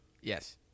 Yes